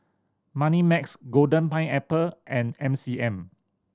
Moneymax Golden Pineapple and M C M